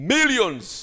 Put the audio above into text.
Millions